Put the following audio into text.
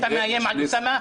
אתה מאיים על אוסאמה?